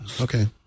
okay